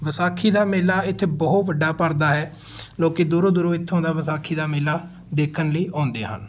ਵਿਸਾਖੀ ਦਾ ਮੇਲਾ ਇੱਥੇ ਬਹੁਤ ਵੱਡਾ ਭਰਦਾ ਹੈ ਲੋਕ ਦੂਰੋਂ ਦੂਰੋਂ ਇੱਥੋਂ ਦਾ ਵਿਸਾਖੀ ਦਾ ਮੇਲਾ ਦੇਖਣ ਲਈ ਆਉਂਦੇ ਹਨ